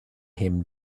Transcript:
him